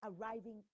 arriving